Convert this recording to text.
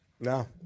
No